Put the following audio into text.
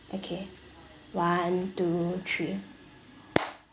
okay one two three